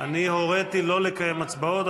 הוריתי לא לקיים הצבעות.